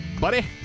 buddy